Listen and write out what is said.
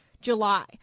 July